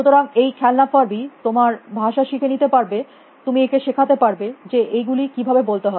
সুতরাং এই খেলনা ফারবি তোমার ভাষা শিখে নিতে পারবে তুমি একে শেখাতে পারব যে এই গুলি কিভাবে বলতে হয়